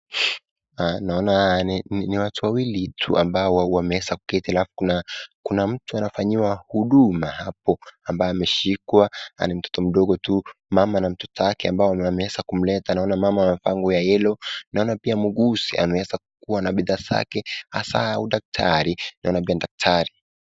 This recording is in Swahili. Naona ni watu wawili tu ambao wameweza kuketi halafu Kuna mtu anafanyiwa huduma hapo ambaye ameshikwa na ni mtoto mdogo tu .Mama na mtoto wake ambao wameweza kumleta. Naona mama amevaa nguo ya (cs) yellow ,naona pia mwuguzi ameweza kuwa na bidhaa zake hasaa ya udaktari naona pia ni daktari.